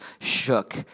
shook